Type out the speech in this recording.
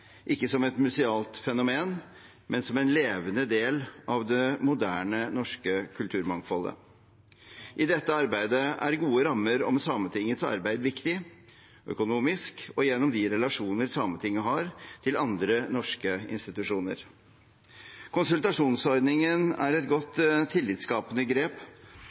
ikke som et musealt fenomen, men som en levende del av det moderne norske kulturmangfoldet. I dette arbeidet er gode rammer om Sametingets arbeid viktig – økonomisk og gjennom de relasjoner Sametinget har til andre norske institusjoner. Konsultasjonsordningen er et godt, tillitsskapende grep,